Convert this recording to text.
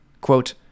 Quote